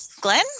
Glenn